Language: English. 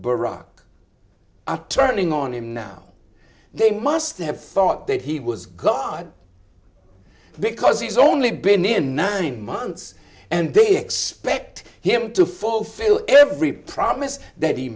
bear rock turning on him now they must have thought that he was god because he's only been in nine months and they expect him to fulfill every promise that he